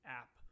app